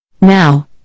Now